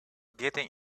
getting